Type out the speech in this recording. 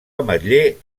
ametller